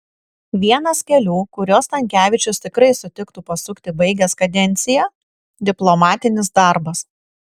vienas kelių kuriuo stankevičius tikrai sutiktų pasukti baigęs kadenciją diplomatinis darbas